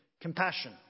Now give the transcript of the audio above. compassion